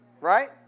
right